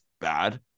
bad